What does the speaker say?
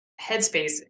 headspace